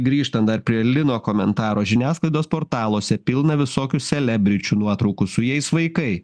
grįžtant dar prie lino komentaro žiniasklaidos portaluose pilna visokių selebričių nuotraukų su jais vaikai